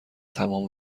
تمام